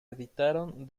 editaron